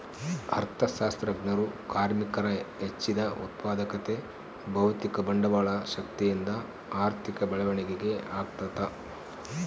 ಅರ್ಥಶಾಸ್ತ್ರಜ್ಞರು ಕಾರ್ಮಿಕರ ಹೆಚ್ಚಿದ ಉತ್ಪಾದಕತೆ ಭೌತಿಕ ಬಂಡವಾಳ ಶಕ್ತಿಯಿಂದ ಆರ್ಥಿಕ ಬೆಳವಣಿಗೆ ಆಗ್ತದ